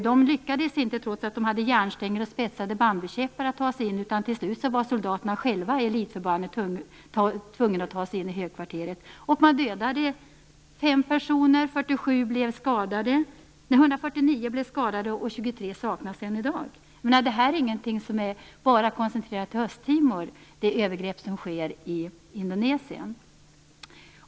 De lyckades inte ta sig in trots att de hade järnstänger och spetsade bambukäppar, utan till slut var soldaterna i elitförbanden själva tvungna att ta sig in på högkvarteret. Man dödade fem personer, 149 blev skadade och 23 saknas än i dag. Det här är ingenting som är koncentrerat till bara Östtimor, utan det är övergrepp som sker i Indonesien.